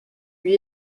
lui